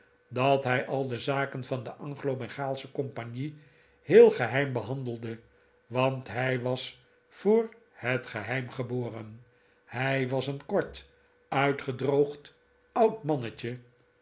dat hij al de zaken van de anglo bengaalsche compagnie heel geheim behandelde want hij was voor het geheim geboren hij was een kort uitgedroogd oud mannetje